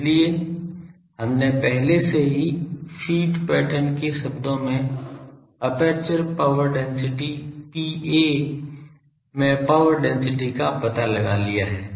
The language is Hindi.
इसलिए हमने पहले से ही फ़ीड पैटर्न के शब्दों में एपर्चर पावर डेंसिटी P में पावर डेंसिटी का पता लगा लिया है